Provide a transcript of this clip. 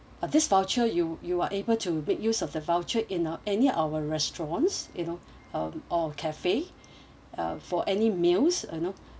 uh this voucher you you are able to make use of the voucher in uh any our restaurants you know or our cafe uh for any meals you know